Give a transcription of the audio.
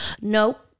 nope